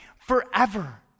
forever